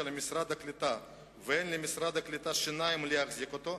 משרד הקליטה ואין למשרד הקליטה שיניים להחזיק אותה,